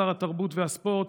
שר התרבות והספורט.